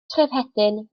trefhedyn